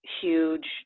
huge